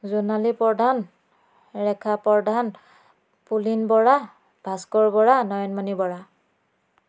Jonali Pradhan Rekha Pradhan Pulin Bora Bhaskar Bora Nayanmoni Bora